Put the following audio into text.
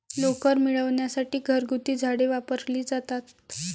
लोकर मिळविण्यासाठी घरगुती झाडे वापरली जातात